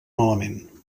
malament